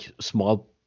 small